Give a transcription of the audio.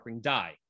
die